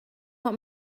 want